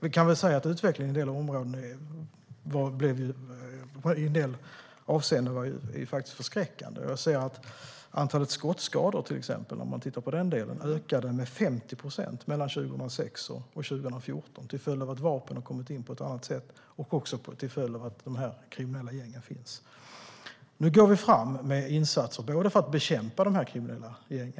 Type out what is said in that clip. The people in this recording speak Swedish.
Vi kan väl säga att utvecklingen i en del områden faktiskt är förskräckande i en del avseenden. Jag ser att till exempel antalet skottskador, om man tittar på den delen, ökade med 50 procent mellan 2006 och 2014. Det är en följd av att vapen har kommit in på ett annat sätt och av att de kriminella gängen finns. Nu går vi fram med insatser för att bekämpa de kriminella gängen.